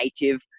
native